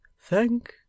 thank